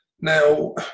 Now